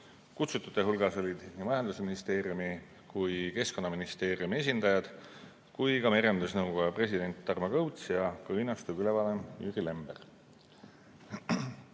Kutsutute hulgas olid nii majandusministeeriumi kui ka Keskkonnaministeeriumi esindajad, samuti merendusnõukoja president Tarmo Kõuts ja Kõinastu külavanem Jüri Lember. Mida